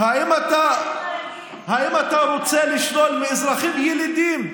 האם אתה רוצה לשלול מאזרחים ילידים,